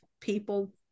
people